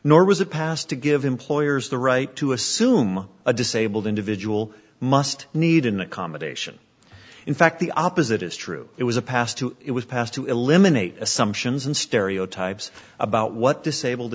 nor was it passed to give employers the right to assume a disabled individual must need an accommodation in fact the opposite is true it was a pass to it was passed to eliminate assumptions and stereotypes about what disabled